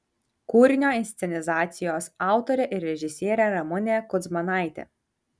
kūrinio inscenizacijos autorė ir režisierė ramunė kudzmanaitė